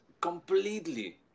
completely